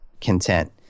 content